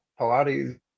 Pilates